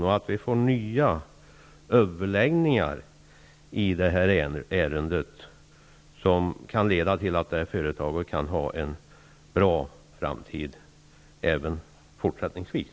Vidare är det viktigt att det blir nya överläggningar i ärendet som kan leda till att företaget i fråga tillförsäkras en bra framtid.